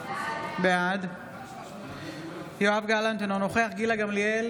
בעד יואב גלנט, אינו נוכח גילה גמליאל,